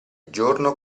giorno